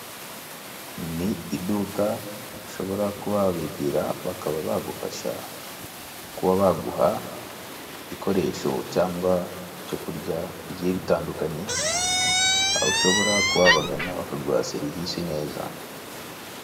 Ni iduka ushobora kuba wabegera bakaba bagufasha kuba baguha ibikoresho cyangwa ibyo kurya bigiye bitandukanye, aho ushobora kuba wabagana bakaguha serivisi neza.